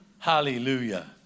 hallelujah